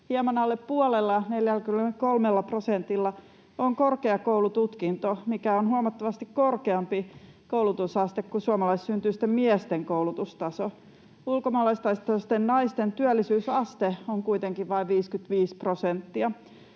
Hieman alle puolella, 43 prosentilla, on korkeakoulututkinto, mikä on huomattavasti korkeampi koulutusaste kuin suomalaissyntyisten miesten koulutustaso. Ulkomaalaistaustaisten naisten työllisyysaste on kuitenkin vain 55 prosenttia.